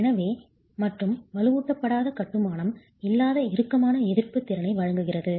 எனவே மற்றும் வலுவூட்டப்படாத கட்டுமானம் இல்லாத இறுக்கமான எதிர்ப்பு திறனை வழங்குகிறது